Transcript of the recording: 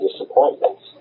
disappointments